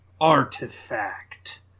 artifact